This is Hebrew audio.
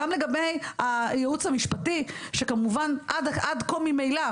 גם לגבי הייעוץ המשפטי שכמובן עד כמה ממילא,